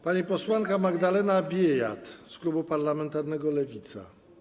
Pani posłanka Magdalena Biejat z klubu parlamentarnego Lewica.